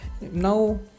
now